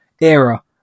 era